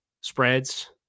spreads